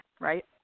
right